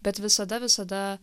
bet visada visada